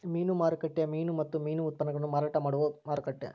ಮೀನು ಮಾರುಕಟ್ಟೆಯು ಮೀನು ಮತ್ತು ಮೀನು ಉತ್ಪನ್ನಗುಳ್ನ ಮಾರಾಟ ಮಾಡುವ ಮಾರುಕಟ್ಟೆ